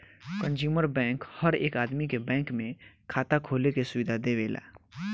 consumer bank हर एक आदमी के बैंक में खाता खोले के सुविधा देवेला